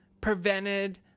prevented